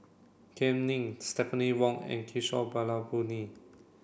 Kam Ning Stephanie Wong and Kishore Mahbubani